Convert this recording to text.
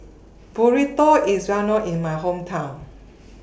Burrito IS Well known in My Hometown